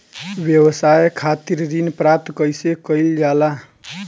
व्यवसाय खातिर ऋण प्राप्त कइसे कइल जाला?